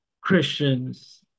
Christians